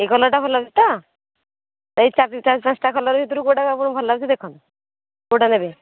ଏଇ କଲର୍ଟା ଭଲ ଲାଗୁଛି ତ ଏଇ ଚାରି ଚାରି ପାଞ୍ଚଟା କଲର୍ ଭିତରୁ କେଉଁଟା ଆପଣଙ୍କୁ ଭଲ ଲାଗୁଛି ଦେଖନ୍ତୁ କେଉଁଟା ନେବେ